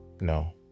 No